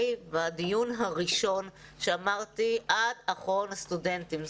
בדיון הראשון עת אמרתי עד אחרון הסטודנטים.